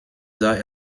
sah